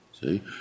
See